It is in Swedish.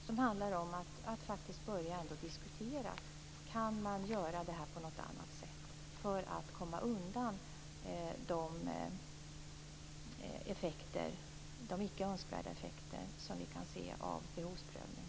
Det handlar om att vi skall börja diskutera om vi kan göra på något annat sätt, så att vi kommer undan de icke önskvärda effekter som vi kan se av behovsprövning.